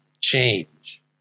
change